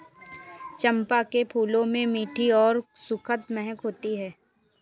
चंपा के फूलों में मीठी और सुखद महक होती है